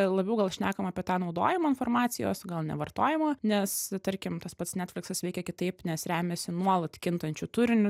labiau gal šnekam apie tą naudojimą informacijos gal ne vartojimo nes tarkim tas pats netfliksas veikia kitaip nes remiasi nuolat kintančiu turiniu